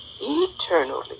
eternally